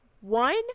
one